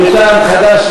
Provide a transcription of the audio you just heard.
מטעם חד"ש,